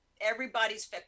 Everybody's